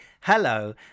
hello